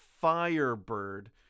Firebird